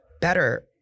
better